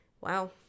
wow